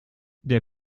der